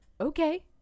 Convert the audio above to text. okay